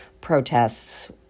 protests